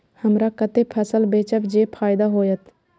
हमरा कते फसल बेचब जे फायदा होयत?